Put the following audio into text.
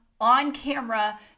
on-camera